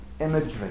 imagery